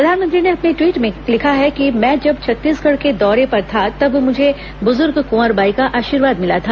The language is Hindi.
प्रधानमंत्री ने अपने ट्वीट में लिखा है कि मैं जब छत्तीसगढ़ के दौरे पर था तब मुझे ब्जुर्ग क्वर बाई का आशीर्वाद मिला था